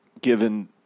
given